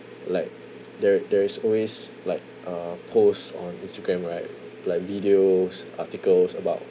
like there there is always like a post on instagram right like videos articles about